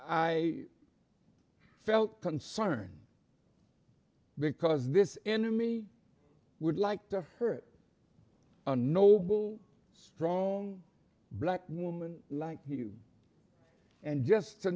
i felt concern because this enemy would like to hurt a noble strong black woman like you and just to